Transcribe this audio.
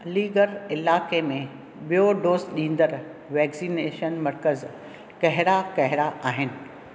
अलीगढ़ इलाइक़े में बि॒यो डोज़ ॾींदड़ वैक्सीनेशन मर्कज़ कहिड़ा कहिड़ा आहिनि